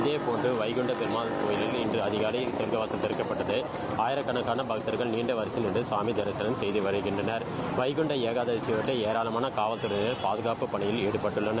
இதேபோன்று வைகுண்ட பெருமாள் கோவிலிலும் இன்று சொர்க்கவாசல் திறக்கப்பட்டது ஆயிரக்கணக்கான பக்தர்கள் நீண்ட வரிசையில் நின்று சாமி தரினம் செய்து வருகின்றனர் வைகுண்ட ஏகாதசியை முன்னிட்டு ஏராளமான காவல்துறையினர் பாதுகாப்புப் பணியில் ஈடுபட்டுள்ளனர்